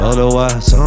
Otherwise